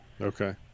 Okay